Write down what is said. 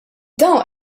dawn